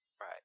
Right